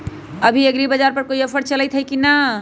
अभी एग्रीबाजार पर कोई ऑफर चलतई हई की न?